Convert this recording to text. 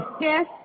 Yes